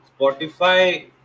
spotify